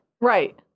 Right